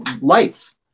life